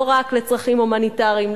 לא רק לצרכים הומניטריים,